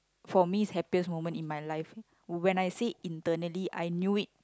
for me happiest moment in my life when I say internally I knew it